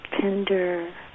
tender